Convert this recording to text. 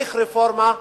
צריך רפורמה.